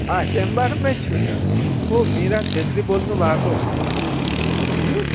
हाँ च्याम्बरमै छु त को मिरा छेत्री बोल्नुभएको हुँ